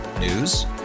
News